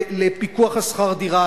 לפיקוח על שכר-דירה,